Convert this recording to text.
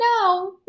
no